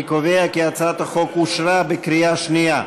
אני קובע כי הצעת החוק אושרה בקריאה שנייה.